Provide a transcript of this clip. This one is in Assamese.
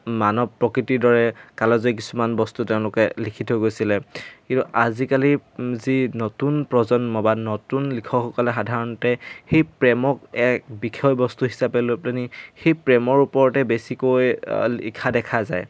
মানৱ প্ৰকৃতিৰ দৰে কালজয়ী কিছুমান বস্তু তেওঁলোকে লিখি থৈ গৈছিলে কিন্তু আজিকালি যি নতুন প্ৰজন্ম বা নতুন লিখকসকলে সাধাৰণতে সেই প্ৰেমক এক বিষয়বস্তু হিচাপে লৈ পেলে নি সেই প্ৰেমৰ ওপৰতে বেছিকৈ লিখা দেখা যায়